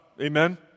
Amen